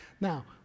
Now